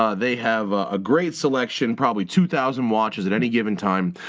ah they have a great selection, probably two thousand watches at any given time.